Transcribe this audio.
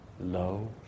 Lo